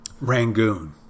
Rangoon